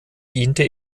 diente